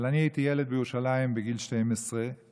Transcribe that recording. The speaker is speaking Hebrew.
אבל אני הייתי ילד בירושלים בגיל 12 ואני